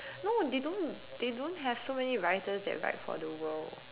no they don't they don't have so many writers that write for the world